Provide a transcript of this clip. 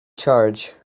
charge